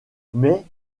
mais